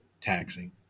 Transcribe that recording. taxing